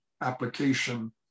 application